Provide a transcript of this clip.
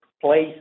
place